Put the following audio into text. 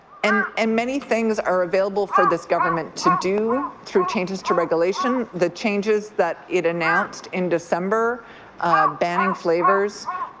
and and many things are available for this government to do through changes to regulation. the changes that it announced in december banning flavours